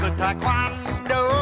taekwondo